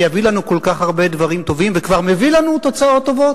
שיביא לנו כל כך הרבה דברים טובים וכבר מביא לנו תוצאות טובות?